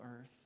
earth